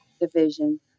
division